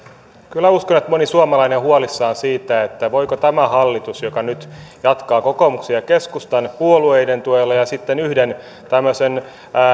kyllä uskon että moni suomalainen on huolissaan siitä voiko tämä hallitus joka nyt jatkaa kokoomuksen ja keskustan puolueiden ja sitten yhden tämmöisen